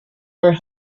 her